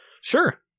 Sure